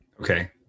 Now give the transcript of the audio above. Okay